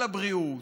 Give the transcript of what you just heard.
על הבריאות.